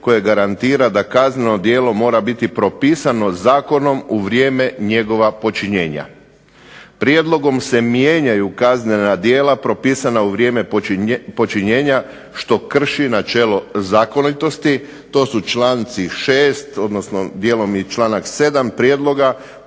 koje garantira da kazneno djelo mora biti propisano zakonom u vrijeme njegova počinjenja". Prijedlogom se mijenjaju kaznena djela propisana u vrijeme počinjenja što krši načelo zakonitosti. To su članci 6., odnosno dijelom i članak 7. prijedloga